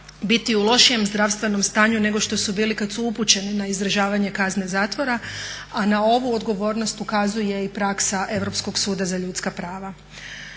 biti u lošijem zdravstvenom stanju nego što su bili kada su upućeni na izdržavanje kazne zatvora, a na ovu odgovornost ukazuje i praksa Europskog suda za ljudska prava.